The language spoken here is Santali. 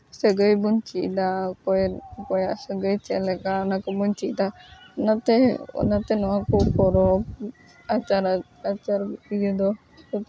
ᱥᱟᱹᱜᱟᱹᱭ ᱵᱚᱱ ᱪᱮᱫ ᱮᱫᱟ ᱚᱠᱚᱭ ᱚᱠᱚᱭᱟᱜ ᱥᱟᱹᱜᱟᱹᱭ ᱪᱮᱫ ᱞᱮᱠᱟ ᱚᱱᱟ ᱠᱚᱵᱚᱱ ᱪᱮᱫ ᱮᱫᱟ ᱚᱱᱟᱛᱮ ᱚᱱᱟᱛᱮ ᱱᱚᱣᱟ ᱠᱚ ᱯᱚᱨᱚᱵᱽ ᱟᱪᱟᱨ ᱟᱪᱟᱨ ᱤᱭᱟᱹ ᱫᱚ